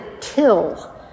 till